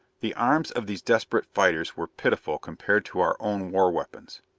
the arms of these desperate fighters were pitiful compared to our own war weapons.